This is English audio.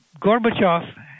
Gorbachev